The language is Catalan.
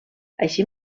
així